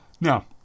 Now